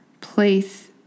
place